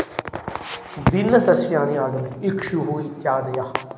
भिन्न सस्यानि आगतं इक्षुः इत्यादयः